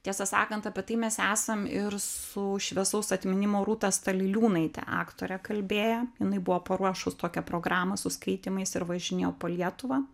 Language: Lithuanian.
tiesą sakant apie tai mes esam ir su šviesaus atminimo rūta staliliūnaite aktore kalbėję jinai buvo paruošus tokią programą su skaitymais ir važinėjo po lietuvą